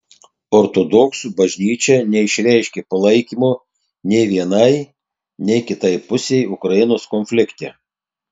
ortodoksų bažnyčia neišreiškė palaikymo nei vienai nei kitai pusei ukrainos konflikte